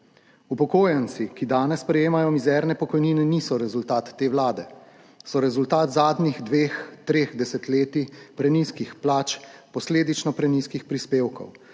Upokojenci, ki danes prejemajo mizerne pokojnine, niso rezultat te vlade, so rezultat zadnjih dveh, treh desetletij prenizkih plač, posledično prenizkih prispevkov,